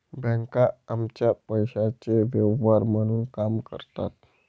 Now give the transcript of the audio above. बँका आमच्या पैशाचे व्यवहार म्हणून काम करतात